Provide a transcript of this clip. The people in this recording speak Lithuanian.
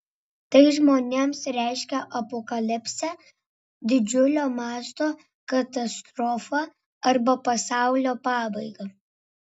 tai žmonėms reiškia apokalipsę didžiulio mąsto katastrofą arba pasaulio pabaigą